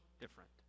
different